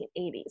1980s